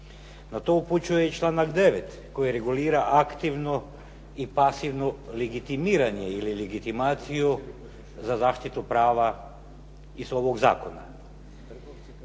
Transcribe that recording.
Na to upućuje i članak 9. koji regulira aktivno i pasivno legitimiranje ili legitimaciju za zaštitu prava iz ovog zakona.